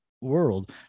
world